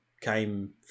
came